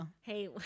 Hey